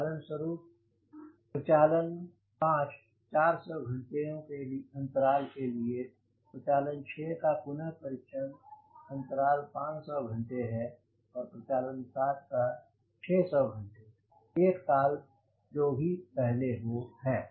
उदाहरण स्वरूप प्रचालन 5 400 घंटों के अंतराल के लिए प्रचालन 6 का पुनः परीक्षण अंतराल 500 घंटे हैं और प्रचालन 7 का 600 घंटे 1 साल जो भी पहले हो है